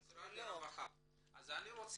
משרד הרווחה -- אז זהו,